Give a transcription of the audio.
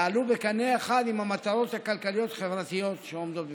יעלו בקנה אחד עם המטרות הכלכליות-חברתיות שעומדות בפנינו.